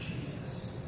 Jesus